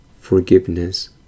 forgiveness